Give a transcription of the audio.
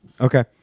Okay